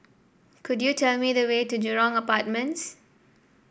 could you tell me the way to Jurong Apartments